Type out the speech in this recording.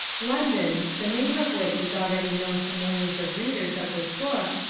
london, the name of which is already known to millions of readers of this book,